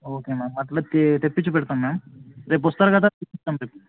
okay ma'am అలాగే తెప్పించి పెడుతాం మ్యామ్ రేపు వస్తారు కదా